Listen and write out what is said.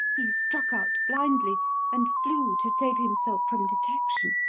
he struck out blindly and flew to save himself from detection.